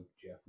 Jeff